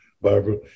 Barbara